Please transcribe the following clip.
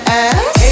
ass